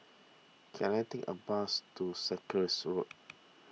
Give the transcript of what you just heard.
can I take a bus to Sarkies Road